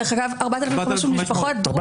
דרך אגב 4,500 משפחות דרוזים,